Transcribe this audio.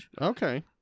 Okay